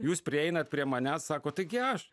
jūs prieinat prie manęs sakot taigi aš